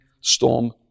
storm